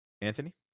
Anthony